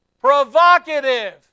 provocative